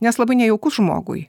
nes labai nejauku žmogui